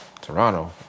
Toronto